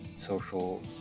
social